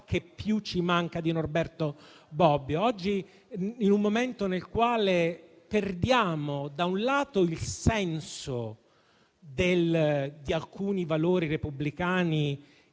che più ci manca di Norberto Bobbio. Oggi, in un momento nel quale perdiamo il senso di alcuni valori repubblicani